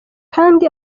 kandi